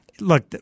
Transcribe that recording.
look